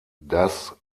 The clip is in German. das